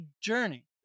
journey